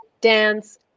dance